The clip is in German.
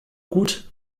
gut